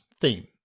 theme